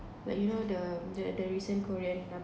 like you know the the the recent korean